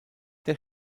der